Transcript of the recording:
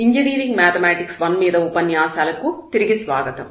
engineering mathematics I మీద ఉపన్యాసాలకు తిరిగి స్వాగతం